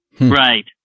Right